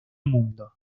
mundo